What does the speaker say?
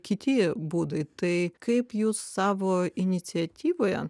kiti būdai tai kaip jūs savo iniciatyvoje